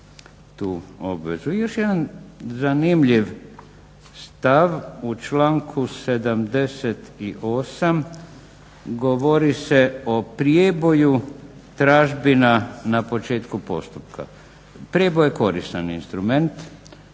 još jedan zanimljiv stav u članku 78. govori se o prijeboju tražbina na početku postupka. Prijeboj je koristan instrument.